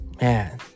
Man